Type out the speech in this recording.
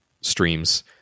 streams